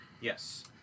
yes